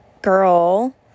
girl